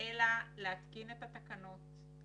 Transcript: אלא להתקין את התקנות,